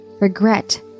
regret